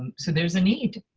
um so there is a need.